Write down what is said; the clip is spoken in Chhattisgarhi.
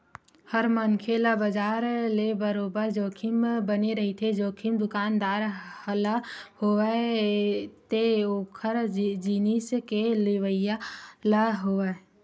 हर मनखे ल बजार ले बरोबर जोखिम बने रहिथे, जोखिम दुकानदार ल होवय ते ओखर जिनिस के लेवइया ल होवय